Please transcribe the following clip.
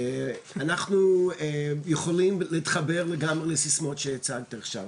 אנחנו יכולים להתחבר גם לסיסמאות שהצגת עכשיו,